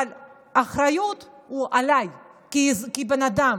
אבל האחריות היא עליי כבן אדם,